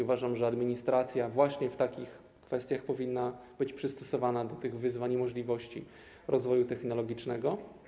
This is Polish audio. Uważam, że administracja właśnie w takich kwestiach powinna być przystosowana do wyzwań i możliwości rozwoju technologicznego.